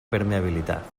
permeabilitat